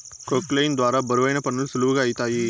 క్రొక్లేయిన్ ద్వారా బరువైన పనులు సులువుగా ఐతాయి